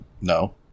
No